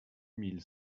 mille